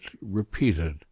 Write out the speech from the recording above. repeated